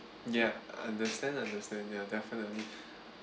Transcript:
ya I understand understand ya definitely